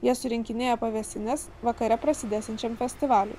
jie surinkinėja pavėsines vakare prasidėsiančiam festivaliui